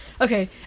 Okay